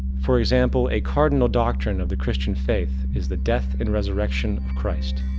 for example, a cardinal doctrine of the christian faith is the death and resurrection of christ.